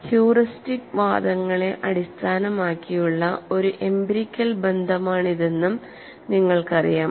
heuristic വാദങ്ങളെ അടിസ്ഥാനമാക്കിയുള്ള ഒരു എംപിരിക്കൽ ബന്ധമാണിതെന്നും നിങ്ങൾക്കറിയാം